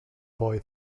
boy